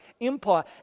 empire